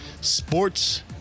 sports